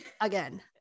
again